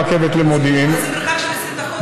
עבור מיעוטים,